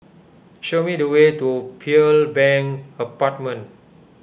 show me the way to Pearl Bank Apartment